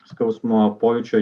skausmo pojūčio